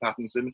Pattinson